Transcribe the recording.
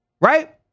right